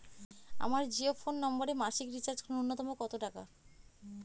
আমার জিও ফোন নম্বরে মাসিক রিচার্জ নূন্যতম কত টাকা?